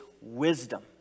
wisdom